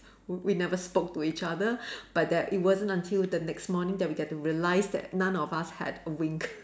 we we never spoke to each other but that it wasn't until the next morning that we get to realised that none of us had winked